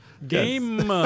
Game